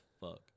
fuck